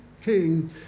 King